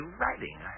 writing